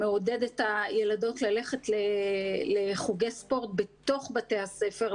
שמעודד את הילדות ללכת לחוגי ספורט בתוך בתי הספר,